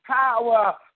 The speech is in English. power